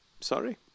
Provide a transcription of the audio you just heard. Sorry